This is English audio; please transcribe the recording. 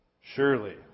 Surely